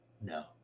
no